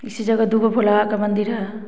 इसी जगह दुगो भुल्हा का मंदिर है